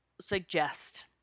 suggest